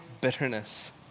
bitterness